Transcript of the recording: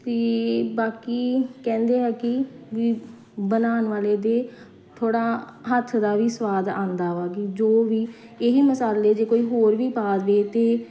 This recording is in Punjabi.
ਅਤੇ ਬਾਕੀ ਕਹਿੰਦੇ ਹੈ ਕਿ ਵੀ ਬਣਾਉਣ ਵਾਲੇ ਦੇ ਥੋੜ੍ਹਾ ਹੱਥ ਦਾ ਵੀ ਸਵਾਦ ਆਉਂਦਾ ਵਾ ਕਿ ਜੋ ਵੀ ਇਹੀ ਮਸਾਲੇ ਜੇ ਕੋਈ ਹੋਰ ਵੀ ਪਾ ਜਾਵੇ ਤਾਂ